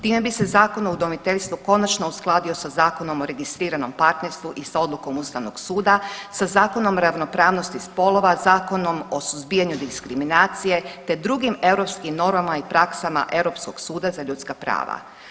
Time bi se Zakon o udomiteljstvu konačno uskladio sa Zakonom o registriranom partnerstvu i sa odlukom Ustavnog suda, sa Zakonom o ravnopravnosti spolova, Zakonom o suzbijanju diskriminacije te drugim europskim normama i praksama Europskog suda za ljudska prava.